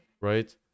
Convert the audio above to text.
right